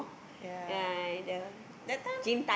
ya that time